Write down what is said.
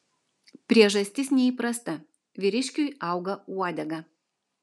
priežastis neįprasta vyriškiui auga uodega